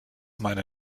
meine